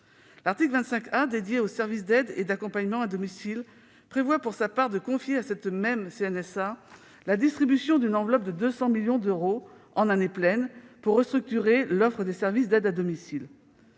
L'article 25 A, qui est dédié aux services d'aide et d'accompagnement à domicile, prévoit pour sa part de confier à cette même CNSA la distribution d'une enveloppe de 200 millions d'euros, en année pleine, pour restructurer l'offre des services d'aide à domicile.